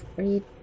read